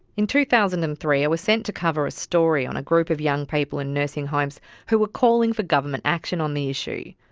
in two thousand and three i was sent to cover a story on a group of young people in nursing homes who were calling for government action on the issue.